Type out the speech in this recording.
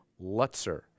Lutzer